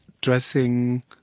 dressing